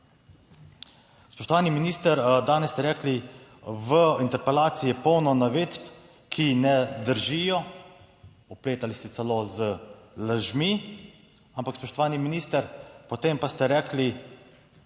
Spoštovani minister, danes ste rekli, v interpelaciji je polno navedb, ki ne držijo, opletali ste celo z lažmi. Ampak spoštovani minister, potem pa ste rekli,